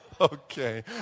Okay